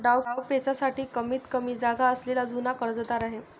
डावपेचांसाठी कमीतकमी जागा असलेला जुना कर्जदार आहे